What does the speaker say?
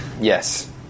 Yes